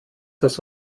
das